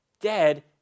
dead